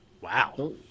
Wow